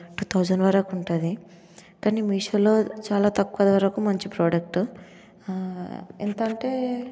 to thousand వరకు ఉంటుంది కానీ మీషోలో చాలా తక్కువ ధరకు మంచి ప్రోడక్ట్ ఎంత అంటే